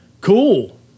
cool